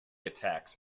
attacks